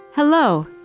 Hello